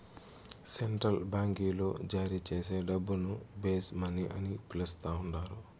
central బాంకీలు జారీచేసే డబ్బును బేస్ మనీ అని పిలస్తండారు